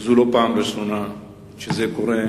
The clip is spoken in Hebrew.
וזו לא הפעם הראשונה שזה קורה